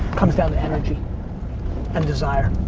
comes down energy and desire.